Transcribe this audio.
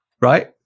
right